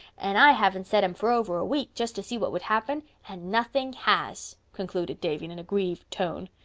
and i haven't said them for over a week, just to see what would happen. and nothing has, concluded davy in an aggrieved tone.